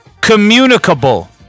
Communicable